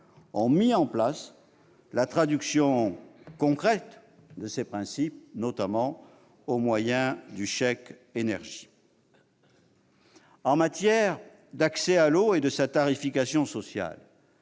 ont mis en place la traduction concrète de ces principes, notamment au moyen du chèque énergie. En ce qui concerne l'accès à l'eau et sa tarification sociale,